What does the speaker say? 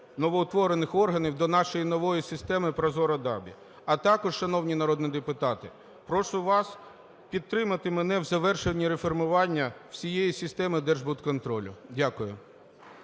новоутворених органів до нашої нової системи "Прозора ДАБІ". А також, шановні народні депутати, прошу вас підтримати мене в завершенні реформування всієї системи держбудконтролю. Дякую.